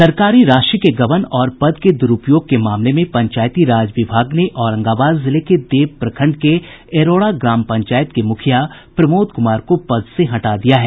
सरकारी राशि के गबन और पद के द्रूपयोग के मामले में पंचायती राज विभाग ने औरंगाबाद जिले के देव प्रखंड के एरौरा ग्राम पंचायत के मुखिया प्रमोद कुमार को पद से हटा दिया है